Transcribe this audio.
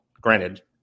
granted